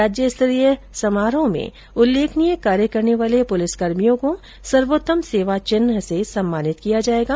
राज्यस्तरीय समारोह में उल्लेखनीय कार्य करने वाले पुलिसकर्मियों को सर्वोत्तम सेवा चिन्ह से सम्मानित किया जायेगा